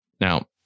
Now